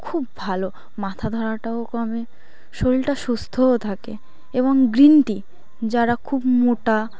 খুব ভালো মাথা ধরাটাও কমে শরীরটা সুস্থ্যও থাকে এবং গ্রিন টি যারা খুব মোটা